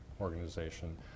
organization